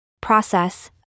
Process